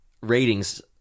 ratings